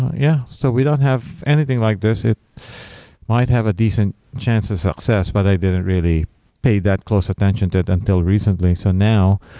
yeah. so we don't have anything like this. it might have a decent chance of success, but i didn't really paid that close attention to it until recently. so now,